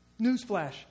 Newsflash